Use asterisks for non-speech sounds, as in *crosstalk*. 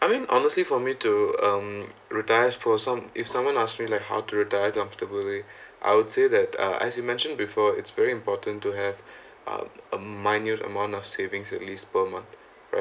I mean honestly for me to um retires for some if someone ask me like how to retire comfortably *breath* I would say that uh as you mentioned before it's very important to have *breath* um a minor amount of savings at least per month right